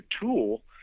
tool